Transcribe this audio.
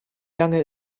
lange